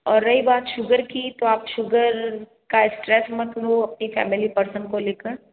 और रही बात सूगर की तो आप सूगर का स्ट्रेस मत लो अपनी फैमिली पर्सन को ले कर